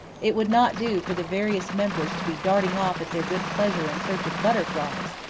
it would not do for the various members to be darting off at their good pleasure in search of butterflies,